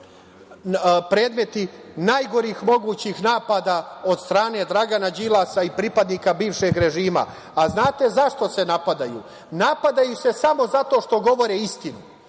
predmeti najgorih mogućih napada od strane Dragana Đilasa i pripadnika bivšeg režima. Znate zašto se napadaju? Napadaju se samo zato što govore istinu.